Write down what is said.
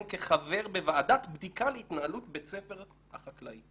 כחבר בוועדת בדיקה להתנהלות בית ספר החקלאי.